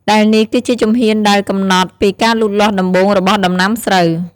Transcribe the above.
ដែលនេះគឺជាជំហានដែលកំណត់ពីការលូតលាស់ដំបូងរបស់ដំណាំស្រូវ។